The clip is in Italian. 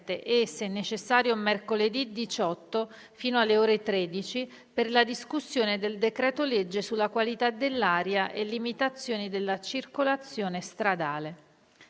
e, se necessario, mercoledì 18 ottobre, fino alle ore 13, per la discussione del decreto-legge su qualità dell'aria e limitazioni della circolazione stradale.